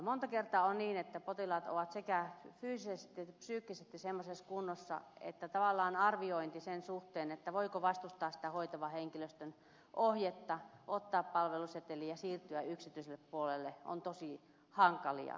monta kertaa on niin että potilaat ovat sekä fyysisesti että psyykkisesti semmoisessa kunnossa että tavallaan arviointi sen suhteen voiko vastustaa sitä hoitavan henkilöstön ohjetta ottaa palveluseteli ja siirtyä yksityiselle puolelle on tosi hankalaa